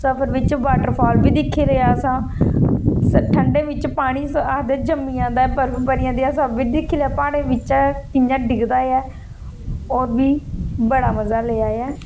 सफर बिच वाटरफॉल बी दिक्खे दे असां ठंडे बिच पानी आखदे जमी जंदा बर्फ बनी जंदी असें ओह् बी दिक्खी लैआ प्हाडे़ं बिचा कि'यां डिग्गदा ऐ होर बी बड़ा मजा लैआ ऐ